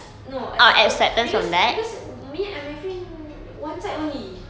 no acceptance because because me and my friend one side only